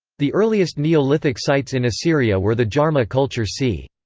the earliest neolithic sites in assyria were the jarmo culture c.